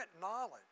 knowledge